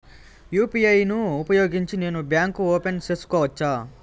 UPI ను ఉపయోగించి నేను బ్యాంకు ఓపెన్ సేసుకోవచ్చా?